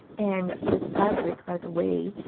and this fabric, by the way,